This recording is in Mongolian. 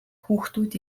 хүүхдүүд